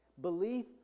Belief